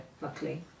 luckily